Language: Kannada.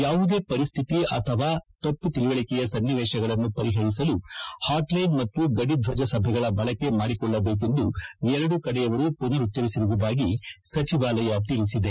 ಯಾವುದೇ ಪರಿಸ್ತಿತಿ ಅಥವಾ ತಪ್ಪು ತಿಳವಳಿಕೆಯ ಸನ್ನಿವೇಶಗಳನ್ನು ಪರಿಪರಿಸಲು ಹಾಟ್ ಲ್ಲೆನ್ ಮತ್ತು ಗಡಿಧಜ ಸಭೆಗಳ ಬಳಕೆ ಮಾಡಿಕೊಳ್ಲಬೇಕೆಂದು ಎರಡೂ ಕಡೆಯವರು ಪುನರುಭ್ಲರಿಸಿರುವುದಾಗಿ ಸಚಿವಾಲಯ ತಿಳಿಸಿದೆ